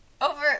over